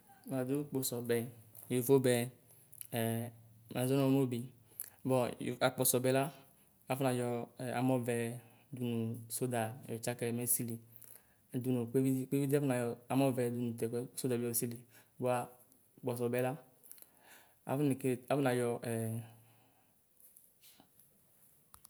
Naʒɔ kpɔsɔbɛ, yovobɛ: ɛ maʒɔamɛ onebi. Bɔ Akpɔsɔbɛ la afɔnayɔ ɛ amɔvɛ dumu soɖa yɔtsakɛ me sili dunu kpeviɖi. Kpeviɖi bi aƒɔnayɔ amɔvɛ dunu tɛkuɛ soɖabi yosili. Bua kpɔsɔbɛla afonekele afɔnayɔ ɛɛɛ